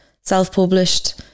self-published